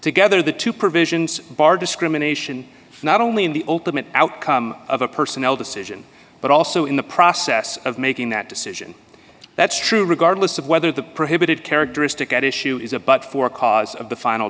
together the two provisions bar discrimination not only in the ultimate outcome of a personnel decision but also in the process of making that decision that's true regardless of whether the prohibited characteristic at issue is a but for cause of the final